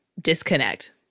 disconnect